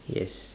yes